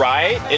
Right